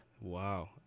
Wow